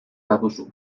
baduzu